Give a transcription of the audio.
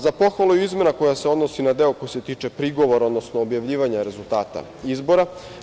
Za pohvalu je i izmena koja se odnosi na deo koji se tiče prigovora, odnosno objavljivanja rezultata izbora.